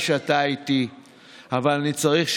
לפיכך,